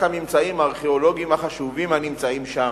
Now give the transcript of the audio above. הממצאים הארכיאולוגיים החשובים הנמצאים שם,